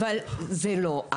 זה לא.